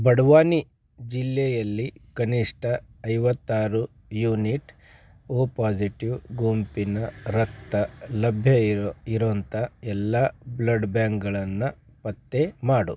ಬಡ್ವಾನಿ ಜಿಲ್ಲೆಯಲ್ಲಿ ಕನಿಷ್ಟ ಐವತ್ತಾರು ಯೂನಿಟ್ ಓ ಪಾಸಿಟಿವ್ ಗುಂಪಿನ ರಕ್ತ ಲಭ್ಯ ಇರೊ ಇರೋಂಥ ಎಲ್ಲ ಬ್ಲಡ್ ಬ್ಯಾಂಕ್ಗಳನ್ನು ಪತ್ತೆ ಮಾಡು